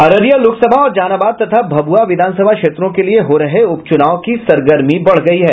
अररिया लोकसभा और जहानाबाद तथा भभुआ विधानसभा क्षेत्रों के लिए हो रहे उपचुनाव की सरगर्मी बढ़ गयी है